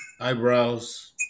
eyebrows